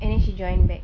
and then she joined back